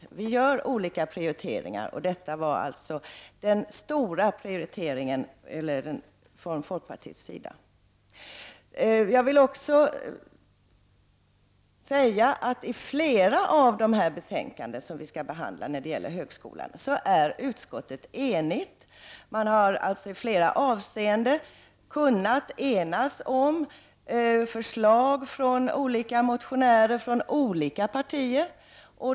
Alla gör vi olika prioriteringar, och detta var alltså den stora prioriteringen från folkpartiets sida. I flera av de betänkanden som vi nu skall behandla angående högskolan är utskottet enigt. Man har i flera avseenden kunnat enas om förslag från olika motionärer inom olika partier.